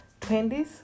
20s